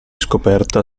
scoperta